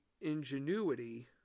ingenuity